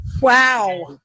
Wow